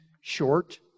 short